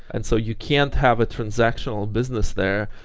and so you can't have a transactional business there.